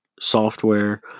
software